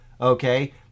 okay